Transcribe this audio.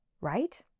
right